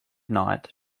night